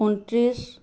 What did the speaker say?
ঊনত্ৰিছ